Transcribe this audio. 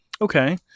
Okay